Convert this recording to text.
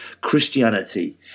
Christianity